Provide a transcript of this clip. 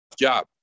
job